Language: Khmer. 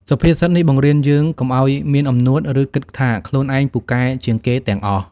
សុភាសិតនេះបង្រៀនយើងកុំឲ្យមានអំនួត ឬគិតថាខ្លួនឯងពូកែជាងគេទាំងអស់។